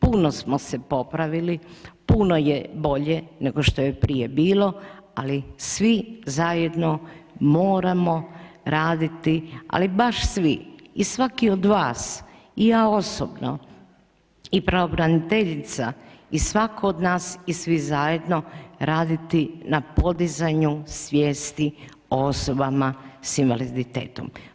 Puno smo se popravili, puno je bolje nego što je prije bilo, ali svi zajedno moramo raditi, ali baš svi i svaki od vas i ja osobno i pravobraniteljica i svako od nas i svi zajedno raditi na podizanju svijesti o osobama s invaliditetom.